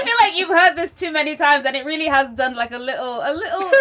yeah like you've had this too many times that it really has done like a little a little bit